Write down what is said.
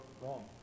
wrong